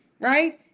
right